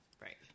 right